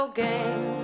game